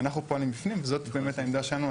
אנחנו פועלים בפנים וזאת באמת העמדה שלנו,